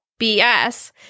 BS